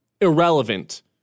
irrelevant